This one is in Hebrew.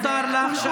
מותר לך.